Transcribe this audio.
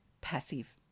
passive